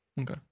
Okay